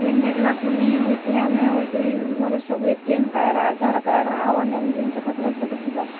କିଏ ନେଲା ପୁଣି ହେଉଛି ଆମେ ହେଉଛି ମୋର ସବୁ ଏଟିଏମ୍ କାର୍ଡ଼ ଆଧାର କାର୍ଡ଼ ଆଉ ଅନ୍ୟାନ୍ୟ ଜିନିଷପତ୍ର ସବୁ ଥିଲା